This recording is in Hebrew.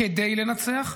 כדי לנצח,